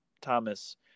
Thomas